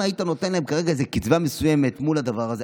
אם היית נותן להם כרגע איזו קצבה מסוימת מול הדבר הזה,